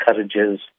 encourages